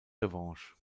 revanche